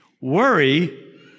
worry